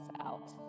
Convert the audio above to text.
out